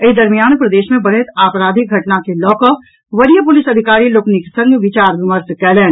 एहि दरमियान प्रदेश मे बढ़ैत आपराधिक घटना के लऽकऽ वरीय पुलिस अधिकारी लोकनिक संग विचार विमर्श कयलनि